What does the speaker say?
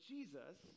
Jesus